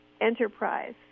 enterprise